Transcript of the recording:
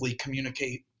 communicate